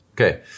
Okay